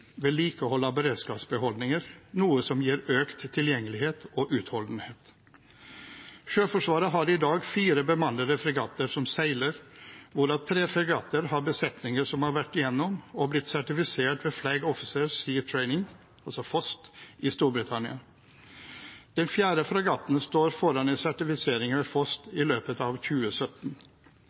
vedlikehold og beredskapsbeholdninger, noe som gir økt tilgjengelighet og utholdenhet. Sjøforsvaret har i dag fire bemannede fregatter som seiler, hvorav tre fregatter har besetninger som har vært gjennom og blitt sertifisert ved Flag Officer Sea Training, FOST, i Storbritannia. Den fjerde fregatten står foran en sertifisering ved FOST i løpet av 2017.